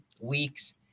weeks